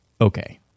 Okay